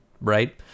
right